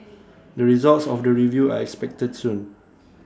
the results of the review are expected soon